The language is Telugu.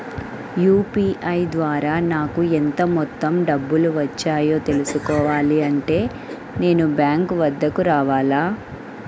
యూ.పీ.ఐ ద్వారా నాకు ఎంత మొత్తం డబ్బులు వచ్చాయో తెలుసుకోవాలి అంటే నేను బ్యాంక్ వద్దకు రావాలా?